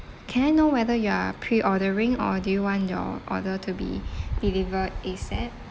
can I know whether you are pre-ordering or do you want your order to be delivered ASAP